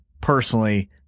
personally